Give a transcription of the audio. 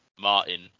Martin